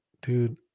dude